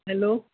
hello